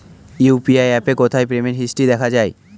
UPI অ্যাপে কোথায় payment history দেখা যায়?